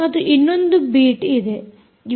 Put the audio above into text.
ಮತ್ತು ಇನ್ನೊಂದು ಬೀಟ್ ಇದೆ